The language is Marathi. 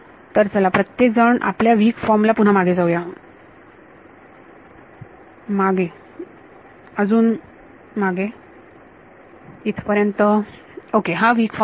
तर चला प्रत्येक जण आपल्या विक फॉर्म ला पुन्हा मागे जाऊया मागे अजून मागे इथपर्यंत हा वीक फॉर्म बरोबर